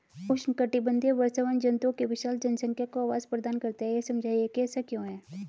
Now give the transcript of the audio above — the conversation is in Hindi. उष्णकटिबंधीय वर्षावन जंतुओं की विशाल जनसंख्या को आवास प्रदान करते हैं यह समझाइए कि ऐसा क्यों है?